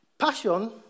Passion